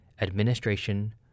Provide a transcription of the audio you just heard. administration